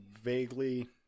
vaguely